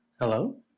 Hello